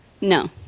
No